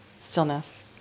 stillness